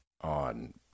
on